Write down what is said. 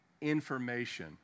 information